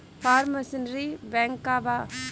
Form machinery bank का बा?